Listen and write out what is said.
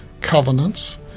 covenants